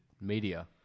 media